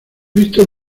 visto